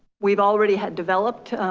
we've already had developed